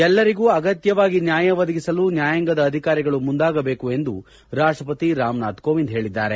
ಎಲ್ಲರಿಗೂ ಅಗತ್ಯವಾಗಿ ನ್ನಾಯ ಒದಗಿಸಲು ನ್ನಾಯಾಂಗದ ಅಧಿಕಾರಿಗಳು ಮುಂದಾಗಬೇಕು ಎಂದು ರಾಷ್ಟಪತಿ ರಾಮನಾಥ್ ಕೋವಿಂದ್ ಹೇಳಿದ್ದಾರೆ